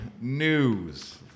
news